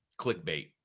clickbait